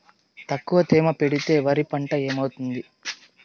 తక్కువ తేమ పెడితే వరి పంట ఏమవుతుంది